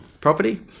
property